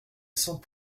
sans